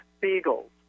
beagles